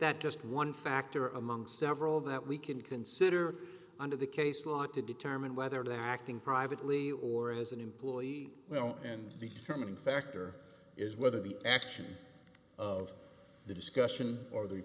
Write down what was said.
that just one factor among several that we can consider under the case law to determine whether they are acting privately or as an employee well and the determining factor is whether the action of the discussion or the